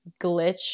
glitch